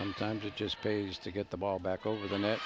sometimes it just pays to get the ball back over the net